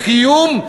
לקיום,